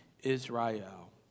Israel